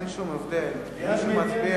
אין שום הבדל בין מי שמצביע,